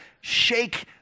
shake